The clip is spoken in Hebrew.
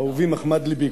אהובי מחמד לבי,